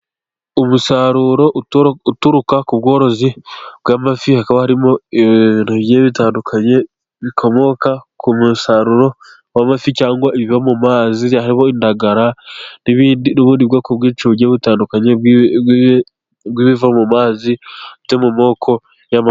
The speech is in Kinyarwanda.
Umusaruro uturuka ku bworozi bw'amafi, hakaba harimo ibintu bigiye bitandukanye bikomoka ku musaruro w'amafi, cyangwa ibiva mu mazi. Hariho indagara, n'ubundi bwoko bwinshi bugiye butandukanye bw'ibiva mu mazi byo mu moko y'amafi.